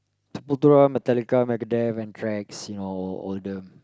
Metallica Megadeth Anthrax you know or older